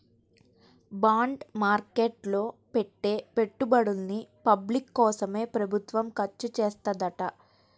bond market లో పెట్టే పెట్టుబడుల్ని పబ్లిక్ కోసమే ప్రభుత్వం ఖర్చుచేత్తదంట